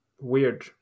weird